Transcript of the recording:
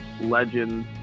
legend